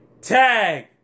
Tag